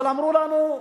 אבל אמרו לנו: